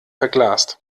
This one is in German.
verglast